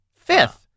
Fifth